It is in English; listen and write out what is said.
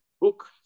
book